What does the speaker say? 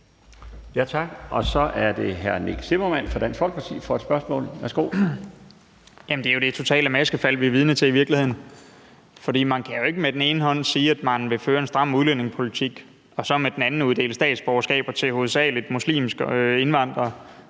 Tak. Så er det hr. Nick Zimmermann fra Dansk Folkeparti med et spørgsmål. Værsgo. Kl. 11:38 Nick Zimmermann (DF): Jamen det er jo det totale maskefald, vi i virkeligheden er vidne til. For man kan jo ikke på den ene side sige, at man vil føre en stram udlændingepolitik, og så på den anden side uddele statsborgerskaber til hovedsagelig muslimske indvandrere,